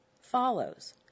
follows